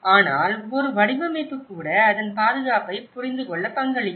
ஆனால் ஒரு வடிவமைப்பு கூட அதன் பாதுகாப்பைப் புரிந்துகொள்ள பங்களிக்கும்